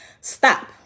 Stop